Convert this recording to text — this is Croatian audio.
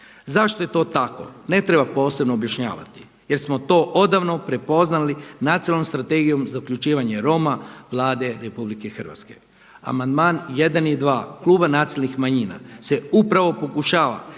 Zašto je to tako ne treba posebno objašnjavati jer smo to odavno prepoznali Nacionalnom strategijom za uključivanje Roma Vlade RH. Amandman 1. i 2. kluba Nacionalnih manjina se upravo pokušava